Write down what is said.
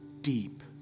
deep